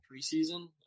preseason